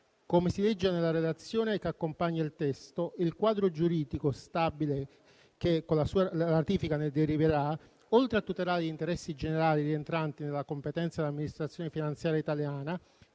Come si legge nella relazione che accompagna il testo, il quadro giuridico stabile che con la sua ratifica ne deriverà, oltre a tutelare gli interessi generali rientranti nella competenza dell'amministrazione finanziaria italiana,